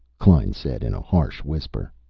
klein said in a harsh whisper.